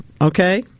Okay